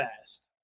fast